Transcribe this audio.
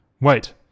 Wait